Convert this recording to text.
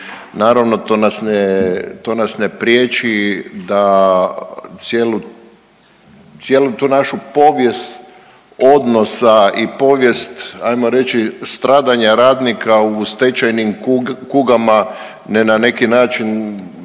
Naravno to nas ne priječi da cijelu tu našu povijest odnosa i povijest ajmo reći stradanja radnika u stečajnim kugama na neki način